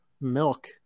milk